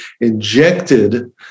injected